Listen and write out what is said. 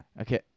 Okay